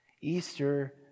Easter